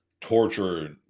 torture